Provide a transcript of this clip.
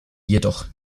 jedoch